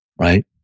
right